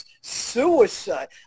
suicide